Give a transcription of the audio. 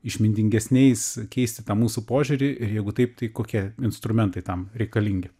išmintingesniais keisti tą mūsų požiūrį ir jeigu taip tai kokie instrumentai tam reikalingi